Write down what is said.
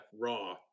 raw